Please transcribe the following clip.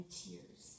tears